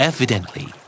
Evidently